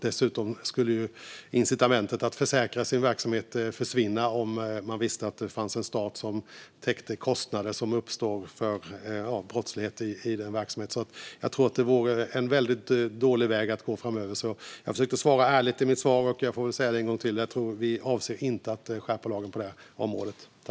Dessutom skulle incitamentet att försäkra sin verksamhet försvinna om man visste att det fanns en stat som täckte kostnaden som uppstår på grund av brottslighet. Jag tror att det vore en väldigt dålig väg att gå framöver. Jag försökte vara ärlig i mitt svar, och jag kan säga det en gång till: Vi avser inte att skärpa lagen på det här området.